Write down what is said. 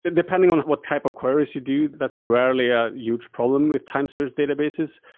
depending on what type of queries you do, that's rarely a huge problem with time series databases,